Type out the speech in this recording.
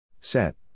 Set